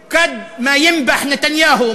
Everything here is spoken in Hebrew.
לתפילה כמה שלא ינבח נתניהו.